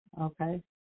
Okay